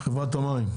תאגיד המים.